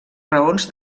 raons